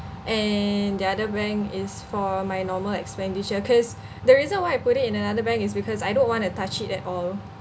and the other bank is for my normal expenditure cause the reason why I put it in another bank is because I don't want to touch it at all